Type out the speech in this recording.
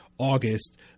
August